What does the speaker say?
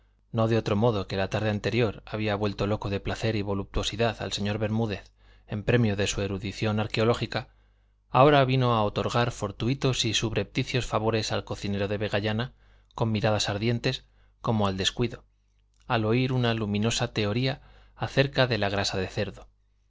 no de otro modo que la tarde anterior había vuelto loco de placer y voluptuosidad al señor bermúdez en premio de su erudición arqueológica ahora vino a otorgar fortuitos y subrepticios favores al cocinero de vegallana con miradas ardientes como al descuido al oír una luminosa teoría acerca de la grasa de cerdo